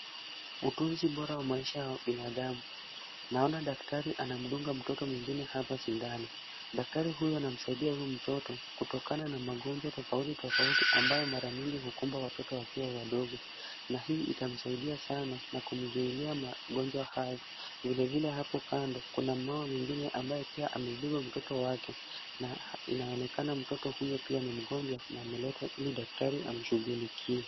Utunzi bora wa maisha ya binadamu. Naona daktari anamdunga mtoto mwingine hapa sindano. Daktari huyu anamsaidia huyu mtoto kutokana na magonjwa tofauti tofauti ambayo mara nyingi hukumba watoto wakiwa wadogo na hii itamsaidia sana na kumzuilia magonjwa haya. Vilevile hapo kando kuna mmama mwingine ambaye pia amebeba mtoto wake na inaonekana mtoto huyu pia ni mgonjwa na ameletwa ili daktari amshughulikie.